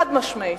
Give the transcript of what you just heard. חד-משמעית.